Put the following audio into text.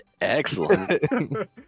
Excellent